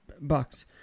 Bucks